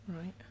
Right